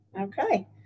Okay